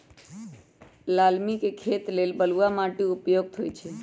लालमि के खेती लेल बलुआ माटि उपयुक्त होइ छइ